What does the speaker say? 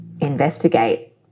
investigate